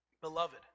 Beloved